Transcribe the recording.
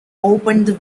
opened